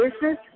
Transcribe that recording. business